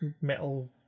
metal